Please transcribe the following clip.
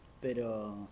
pero